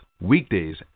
weekdays